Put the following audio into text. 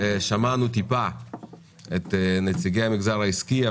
שמענו מעט את נציגי המגזר העסקי.